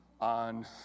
on